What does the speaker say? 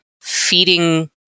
feeding